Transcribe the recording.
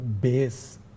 base